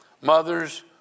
Mothers